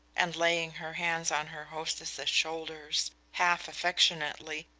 and laying her hands on her hostess's shoulders, half affectionately,